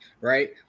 right